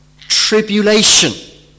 tribulation